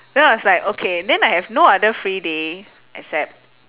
then I was like okay then I have no other free day except